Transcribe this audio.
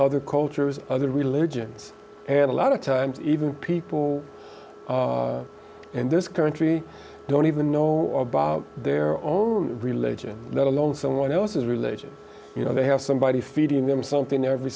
other cultures other religions and a lot of times even people and this country don't even know their own religion let alone someone else's religion you know they have somebody feeding them something every